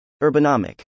Urbanomic